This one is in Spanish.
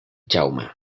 jaume